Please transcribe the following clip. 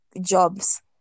jobs